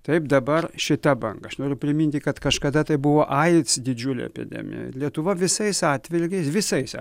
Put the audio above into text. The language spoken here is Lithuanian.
taip dabar šita banga aš noriu priminti kad kažkada tai buvo aids didžiulė epidemija lietuva visais atvilgiais visais